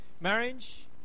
Marriage